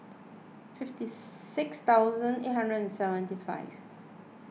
fifty six thousand eight hundred seventy five